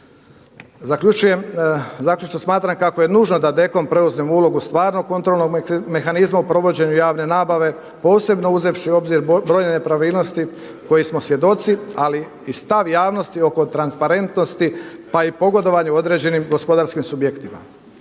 nabave? Zaključno smatram kako je nužno da DKOM preuzme ulogu stvarnog kontrolnog mehanizma u provođenju javne nabave, posebno uzevši u obzir brojne nepravilnosti kojih smo svjedoci, ali i stav javnosti oko transparentnosti, pa i pogodovanju određenim gospodarskim subjektima.